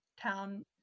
town